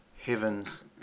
heaven's